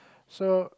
so